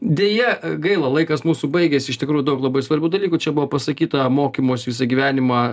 deja gaila laikas mūsų baigiasi iš tikrųjų daug labai svarbių dalykų čia buvo pasakyta mokymosi visą gyvenimą